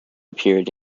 appeared